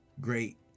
Great